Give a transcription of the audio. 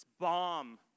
bomb